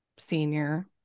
senior